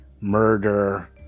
murder